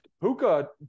Puka